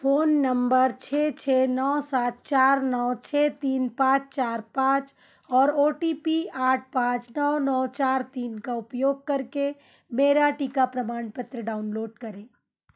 phone number छः छः नौ सात चार नौ छः तीन पाँच चार पाँच और ओ टी पी आठ पाँच नौ नौ चार तीन का उपयोग करके मेरा टीका प्रमाणपत्र डाउनलोड करें